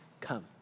come